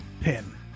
pin